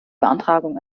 beantragung